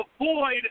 avoid